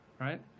right